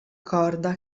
corda